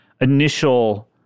initial